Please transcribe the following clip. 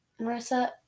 Marissa